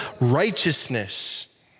righteousness